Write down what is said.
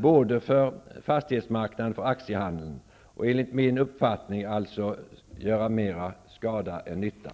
både för fastighetsmarknaden och för aktiehandeln, och enligt min uppfattning skulle detta alltså göra mer skada än nytta.